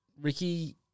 Ricky